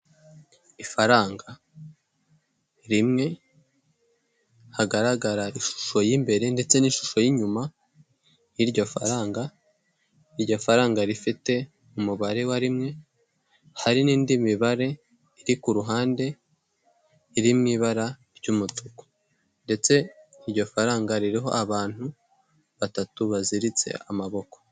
Ifaranga rimwe hagaragara ishusho y'imbere ndetse n'ishusho y'inyuma y'iryo faranga, iryo faranga rifite umubare wa rimwe hari n'indi mibare iri ku ruhande iri mu ibara ry'umutuku ndetse iryo faranga ririho abantu batatu baziritse amaboko.